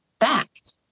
fact